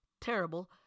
Terrible